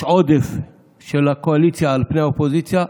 יש עודף של הקואליציה על פני האופוזיציה,